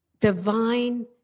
divine